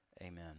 Amen